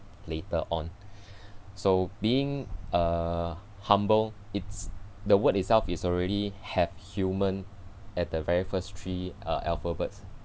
later on so being uh humble it's the word itself is already have human at the very first three uh alphabets